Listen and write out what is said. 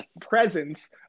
presence